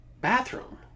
bathroom